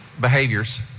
Behaviors